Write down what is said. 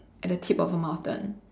at the tip of the mountain